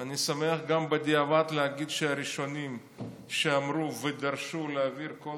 אני שמח גם בדיעבד להגיד שהראשונים שאמרו ודרשו להעביר את כל